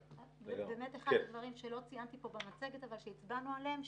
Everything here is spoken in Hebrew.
אחד הדברים שלא ציינתי כאן במצגת אבל הצבענו עליו הוא